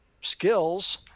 skills